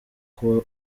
kuba